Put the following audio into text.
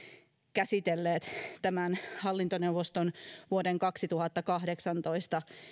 käsitelleet hallintoneuvoston vuoden kaksituhattakahdeksantoista